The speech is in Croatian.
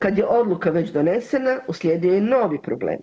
Kad je odluka već donesena uslijedio je novi problem.